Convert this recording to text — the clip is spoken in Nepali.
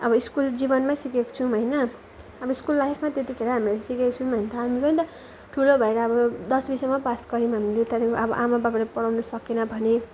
अब स्कुल जीवनमै सिकेको छौँ होइन अब स्कुल लाइफमा त्यतिखेर हामीले सिकेको छौँ भने त हाम्रो नि त ठुलो भएर अब दसौँसम्म पास गऱ्यौँ हामीले त्यहाँदेखि अब आमा बाबाले पढाउनु सकेन भने